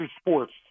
sports